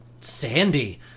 Sandy